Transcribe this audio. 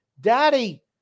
Daddy